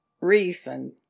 reason